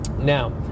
Now